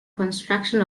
construction